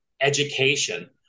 education